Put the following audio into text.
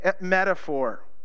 metaphor